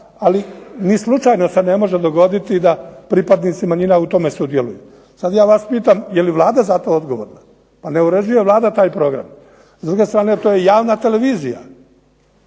ali ni slučajno se ne može dogoditi da pripadnici manjina u tome sudjeluju. Sad ja vas pitam je li Vlada za to odgovorna? Pa ne uređuje Vlada taj program. S druge strane to je javna televizija.